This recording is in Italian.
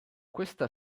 questa